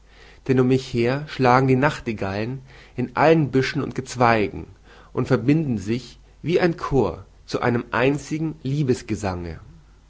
denn um mich her schlagen die nachtigallen in allen büschen und gezweigen und verbinden sich wie ein chor zu einem einzigen